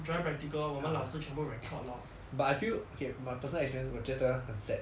dry practical lor 我们老师全部 record lor